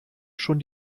schon